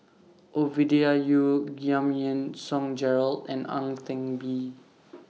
Ovidia Yu Giam Yean Song Gerald and Ang Teck Bee